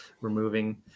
removing